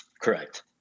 Correct